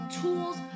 tools